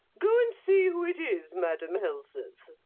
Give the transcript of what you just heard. go and see who it is, madam helseth.